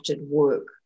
work